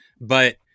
but-